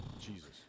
Jesus